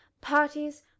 parties